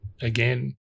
again